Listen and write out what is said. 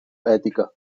ètica